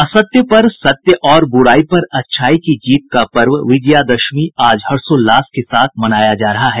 असत्य पर सत्य और बुराई पर अच्छाई की जीत का पर्व विजयादशमी आज हर्षोल्लास के साथ मनाया जा रहा है